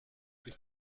sich